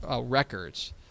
records